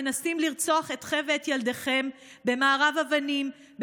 מנסים לרצוח אתכם ואת ילדיכם במארב אבנים,